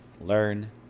learn